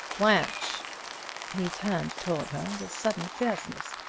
blanche he turned toward her with sudden fierceness.